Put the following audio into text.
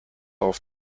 auf